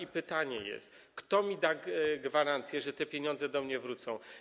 A pytanie jest takie: Kto mi da gwarancję, że te pieniądze do mnie wrócą?